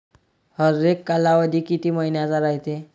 हरेक कालावधी किती मइन्याचा रायते?